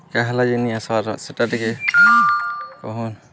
କାଁ ହେଲା ଯେ ଆସ୍ବାର୍ ନି ସେଟା ଟିକେ କହନ